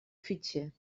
fitxer